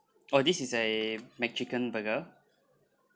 oh this is a McChicken burger